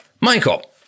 Michael